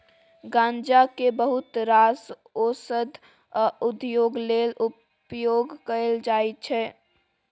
गांजा केँ बहुत रास ओषध आ उद्योग लेल उपयोग कएल जाइत छै